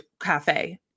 cafe